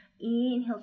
Inhale